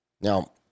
Now